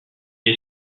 est